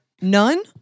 None